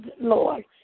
Lord